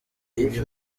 iri